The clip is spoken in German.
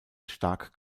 stark